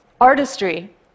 Artistry